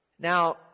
Now